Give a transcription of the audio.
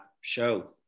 show